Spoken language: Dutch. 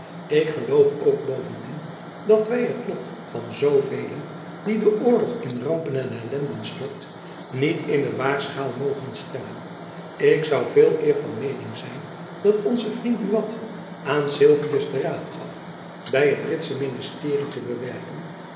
ik geloof ook bovendien dat wy het lot van zoo velen die de oorlog in rampen en ellenden stort niet in de waagschaal mogen stellen ik zoû veeleer van meening zijn dat onze vriend buat aan sylvius den raad gaf by het britsche ministerie te bewerken